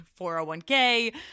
401k